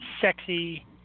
sexy